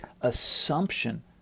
assumption